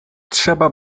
trzeba